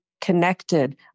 connected